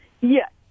Yes